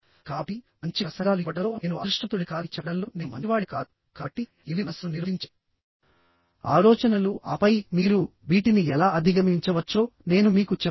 కాబట్టి మంచి ప్రసంగాలు ఇవ్వడంలో నేను అదృష్టవంతుడిని కాదని చెప్పడంలో నేను మంచివాడిని కాదు కాబట్టి ఇవి మనస్సును నిరోధించే ఆలోచనలు ఆపై మీరు వీటిని ఎలా అధిగమించవచ్చో నేను మీకు చెప్తాను